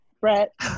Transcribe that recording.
Brett